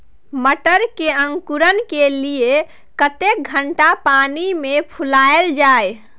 मटर के अंकुरण के लिए कतेक घंटा पानी मे फुलाईल जाय?